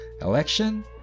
election